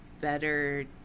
better